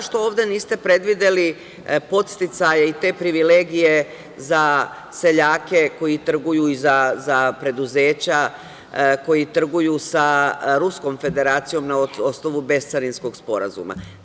Zašto ovde niste predvideli podsticaje i te privilegije za seljake koji trguju za preduzeća, koji trguju sa Ruskom Federacijom na osnovu bescarinskog sporazuma?